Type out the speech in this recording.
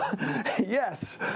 Yes